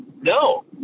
No